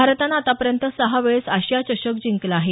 भारतानं आतापर्यंत सहा वेळेस आशिया चषक जिंकला आहे